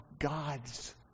God's